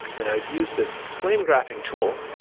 and i'd use this flame graphing tool,